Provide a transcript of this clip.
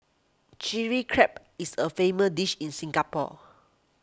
Chilli Crab is a famous dish in Singapore